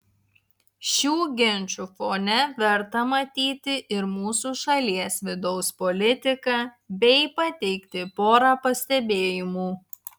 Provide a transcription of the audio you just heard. šių ginčų fone verta matyti ir mūsų šalies vidaus politiką bei pateikti porą pastebėjimų